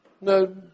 No